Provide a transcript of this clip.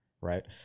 right